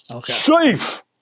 safe